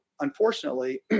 unfortunately